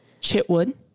Chitwood